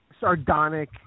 sardonic